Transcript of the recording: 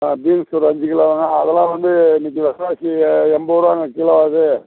ஆ beans ஒரு அஞ்சு கிலோவாங்க அதெல்லாம் வந்து இன்றைக்கி வெலைவாசி எண்பதுருவாங்க கிலோ அது